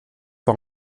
par